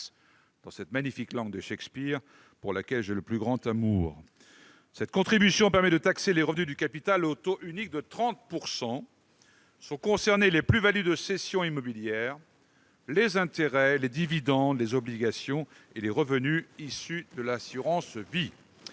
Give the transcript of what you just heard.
dans cette magnifique langue de Shakespeare pour laquelle j'ai le plus grand amour. Cette contribution permet de taxer les revenus du capital au taux unique de 30 %. Sont concernés les plus-values de cessions mobilières, les intérêts, les dividendes, les obligations et les revenus issus de l'assurance vie.